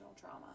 drama